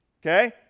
Okay